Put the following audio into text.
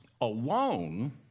alone